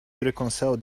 reconcile